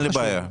אין בעיה,